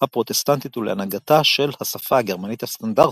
הפרוטסטנטית ולהנהגתה של השפה הגרמנית הסטנדרטית.